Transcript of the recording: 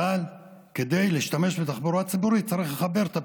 אבל כדי להשתמש בתחבורה ציבורית צריך לחבר את הפריפריה,